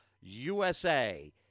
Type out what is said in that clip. USA